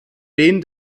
den